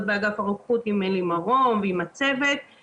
באגף הרוקחות עם אלי מרום ועם הצוות,